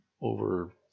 over